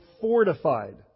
fortified